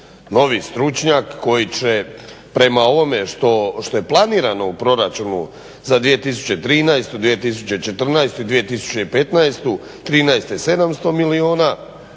novi stručnjak koji će prema ovome što je planirano u proračunu za 2013., 2014., 2015., 2013. 700 milijuna,